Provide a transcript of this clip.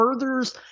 furthers